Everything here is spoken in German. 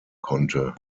konnte